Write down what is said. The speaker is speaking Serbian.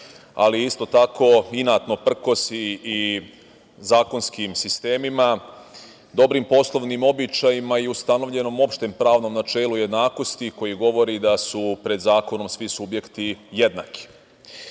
ali isto tako inatno prkosi i zakonskim sistemima, dobrim poslovnim običajima i ustanovljenom opštem pravnom načelu jednakosti, koji govori da su pred zakonom svi subjekti jednaki. Suština